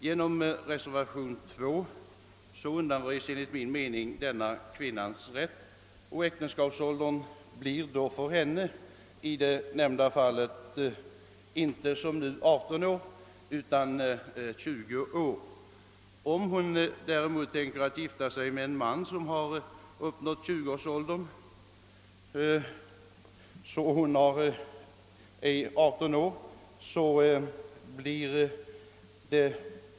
Genom förslaget i reservationen 2 undanröjs enligt min mening denna kvinnans rätt, ty äktenskapsåldern blir för henne i det nämnda fallet inte som nu 18 år utan 20 år. Om hon däremot tänker gifta sig med en man som är 20 år har hon uppnått den lagenliga äktenskapsåldern vid 18 år.